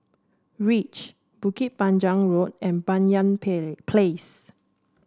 reach Bukit Panjang Road and Banyan Place